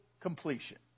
completion